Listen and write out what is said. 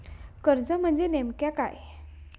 कर्ज म्हणजे नेमक्या काय?